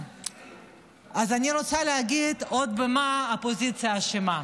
אני רוצה להגיד במה עוד האופוזיציה אשמה.